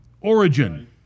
Origin